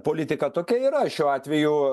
politika tokia yra šiuo atveju